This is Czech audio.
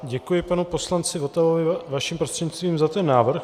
Děkuji panu poslanci Votavovi vaším prostřednictvím za ten návrh.